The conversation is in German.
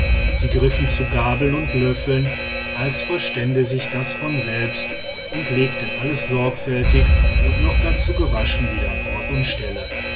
sie griffen zu gabeln und löffeln als verstände sich das von selbst und legten alles sorgfältig und noch dazu gewaschen wieder an ort und stelle